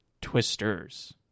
Twisters